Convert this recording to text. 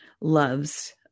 loves